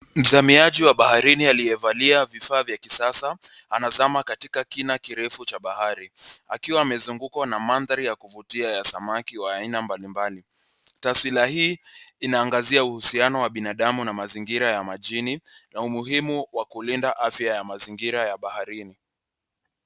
Mzamiaji wa baharini aliyevalia vifaa vya kisasa anazama katika kina kirefu cha bahari akiwa amezungukwa na mandhari ya kuvutia ya samaki wa aina mbalimbali. Taswira hii inaangazia uhusiano wa binadamu na mazingira ya majini na umuhimu wa kulinda afya ya mazingira ya baharini.